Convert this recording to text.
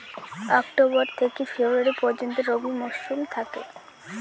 October থেকে February পর্যন্ত রবি মৌসুম থাকে